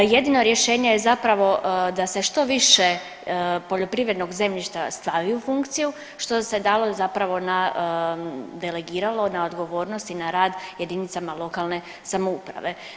Jedino rješenje je zapravo da se što više poljoprivrednog zemljišta stavi u funkciju što se dalo zapravo na, delegiralo na odgovornost i na rad jedinicama lokalne samouprave.